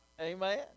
Amen